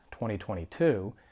2022